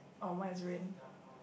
oh mine is ring